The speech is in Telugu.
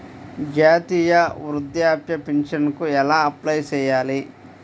జాతీయ వృద్ధాప్య పింఛనుకి ఎలా అప్లై చేయాలి?